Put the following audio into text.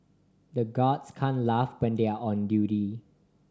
the guards can't laugh when they are on duty